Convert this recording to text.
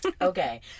Okay